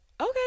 Okay